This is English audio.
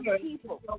people